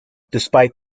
despite